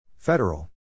Federal